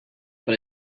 but